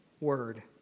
Word